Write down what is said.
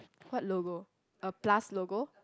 what logo a plus logo